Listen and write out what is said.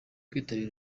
kwitabira